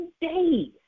days